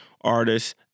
artists